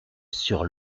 sur